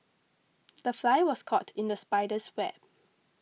the fly was caught in the spider's web